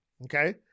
okay